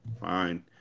Fine